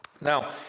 now